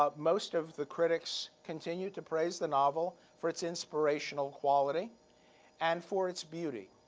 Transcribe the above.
ah most of the critics continued to praise the novel for its inspirational quality and for its beauty.